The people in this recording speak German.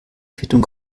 quittung